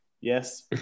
Yes